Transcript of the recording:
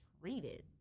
treated